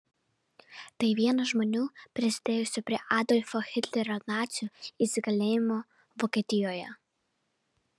tai vienas žmonių prisidėjusių prie adolfo hitlerio nacių įsigalėjimo vokietijoje